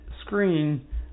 screen